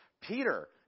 Peter